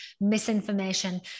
misinformation